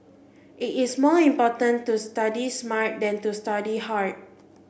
it is more important to study smart than to study hard